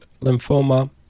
lymphoma